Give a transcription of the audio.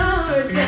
Lord